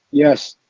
yes.